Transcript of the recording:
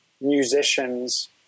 musicians